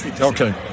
Okay